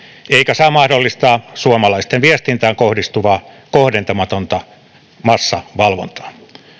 eikä saa mahdollistaa suomalaisten viestintään kohdistuvaa kohdentamatonta massavalvontaa